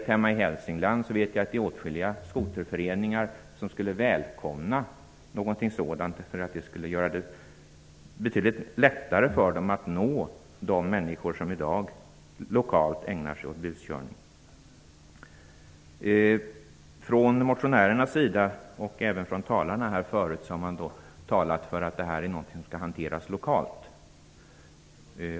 Hemma i Hälsingland vet jag att åtskilliga skoterföreningar skulle välkomna någonting sådant, eftersom det skulle göra det betydligt lättare för dem att nå de människor som i dag lokalt ägnar sig åt buskörning. Motionärerna, och även de föregående talarna, har sagt att detta är någonting som skall hanteras lokalt.